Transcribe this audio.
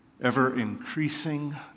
ever-increasing